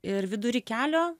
ir vidury kelio